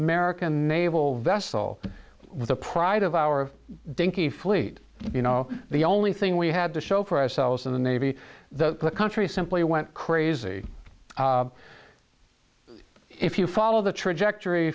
american naval vessel with the pride of our dinky fleet you know the only thing we had to show for ourselves in the navy the country simply went crazy if you follow the trajectory